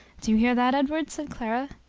do you hear that, edward? said clara.